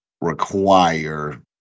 require